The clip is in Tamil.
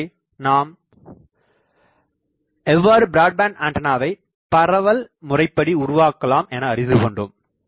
இதுவரை நாம் எவ்வாறு பிராட்பேண்ட் ஆண்டனாவை பரவல் முறைப்படி உருவாக்கலாம் என அறிந்து கொண்டோம்